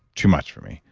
too much for me.